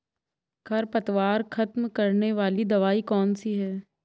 खरपतवार खत्म करने वाली दवाई कौन सी है?